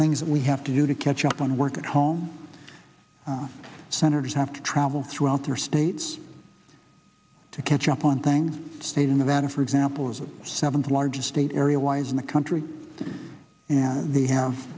things that we have to do to catch up on work at home the senators have to travel throughout their states to catch up on things state in nevada for example is the seventh largest state area wise in the country and the have